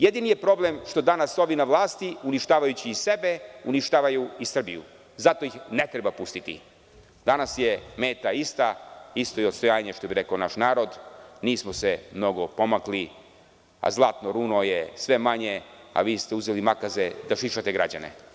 Jedini je problem što danas ovi na vlasti uništavajući sebe uništavaju i Srbiju, zato ih ne treba pustiti, danas je meta ista isto je i odstojanje, što bi rekao naš narod, nismo se mnogo pomakli, a „Zlatno runo“ je sve manje, a vi ste uzeli makaze da šišate građane.